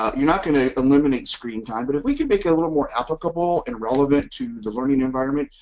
you're not going to eliminate screen time but if we can make a little more applicable and relevant to the learning environment.